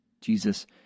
Jesus